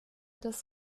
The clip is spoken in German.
des